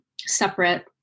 separate